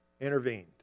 intervened